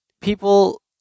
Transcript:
people